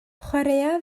chwaraea